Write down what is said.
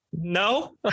No